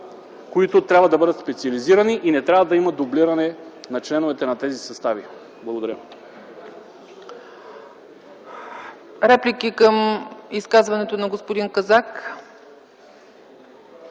които трябва да бъдат специализирани и не трябва да има дублиране на членовете на тези състави. Благодаря.